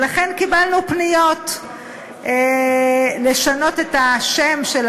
ולכן קיבלנו פניות לשנות את השם של